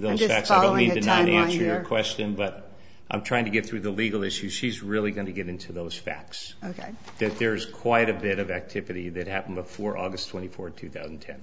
your question but i'm trying to get through the legal issues she's really going to get into those facts ok that there is quite a bit of activity that happened before august twenty fourth two thousand and ten